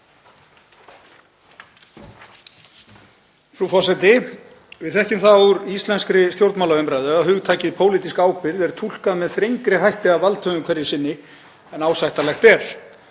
Frú forseti. Við þekkjum það úr íslenskri stjórnmálaumræðu að hugtakið pólitísk ábyrgð er túlkað með þrengri hætti af valdhöfum hverju sinni en ásættanlegt er.